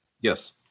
Yes